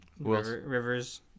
Rivers